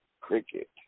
cricket